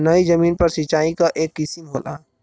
नयी जमीन पर सिंचाई क एक किसिम होला